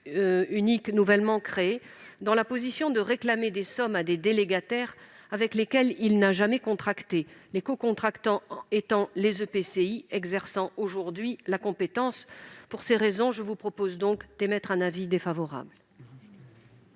unique nouvellement créé dans la position de réclamer des sommes à des délégataires avec lesquels il n'a jamais contracté, les cocontractants étant les EPCI exerçant aujourd'hui la compétence. Pour toutes ces raisons, j'émets un avis défavorable